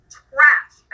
trash